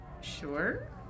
Sure